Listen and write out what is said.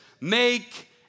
make